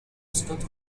stato